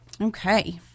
okay